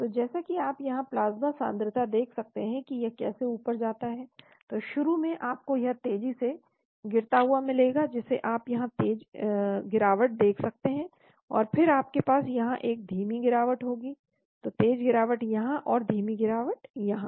तो जैसा कि आप यहां प्लाज्मा सांद्रता देख सकते हैं कि यह कैसे ऊपर जाता है तो शुरू में आपको यह तेजी से गिरता हुआ मिलेगा जिसे आप यहां तेज गिरावट देख सकते हैं और फिर आपके पास यहां एक धीमी गिरावट होगी तो तेज गिरावट यहां और फिर धीमी गिरावट यहां